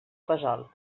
fesol